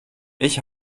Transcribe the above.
ich